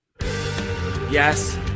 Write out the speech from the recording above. Yes